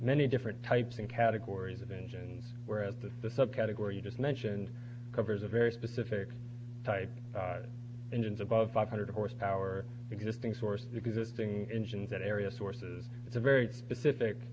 many different types and categories of engines were at the the subcategory you just mentioned covers a very specific type engines above five hundred horsepower existing source existing engines that area sources it's a very specific